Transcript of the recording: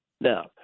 now